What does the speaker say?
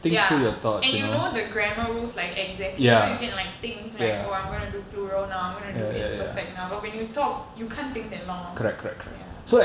ya and you know the grammar rules like exactly so you can like think like oh I'm gonna do plural now I'm gonna do imperfect now but when you talk you can't think that long ya